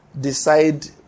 decide